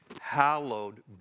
hallowed